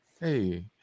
Hey